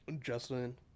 Justin